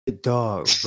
Dog